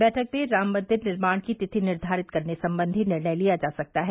बैठक में राम मंदिर निर्माण की तिथि निर्घारित करने सम्बंधी निर्णय लिया जा सकता है